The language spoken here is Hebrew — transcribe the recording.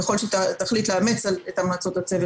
ככל שתחליט לאמץ את החלטות הצוות,